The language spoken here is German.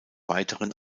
weiteren